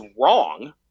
wrong